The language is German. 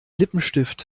lippenstift